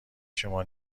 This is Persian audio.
شما